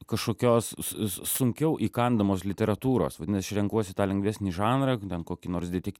kažkokios s s sunkiau įkandamos literatūros vadinas aš renkuosi tą lengvesnį žanrą ten kokį nors detek